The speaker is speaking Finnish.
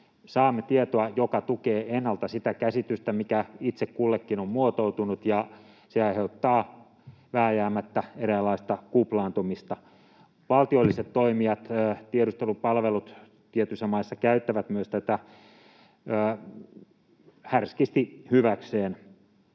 Saamme tietoa, joka tukee ennalta sitä käsitystä, mikä itse kullekin on muotoutunut, ja se aiheuttaa vääjäämättä eräänlaista kuplaantumista. Myös valtiolliset toimijat, tiedustelupalvelut tietyissä maissa käyttävät tätä härskisti hyväkseen.